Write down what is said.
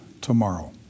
tomorrow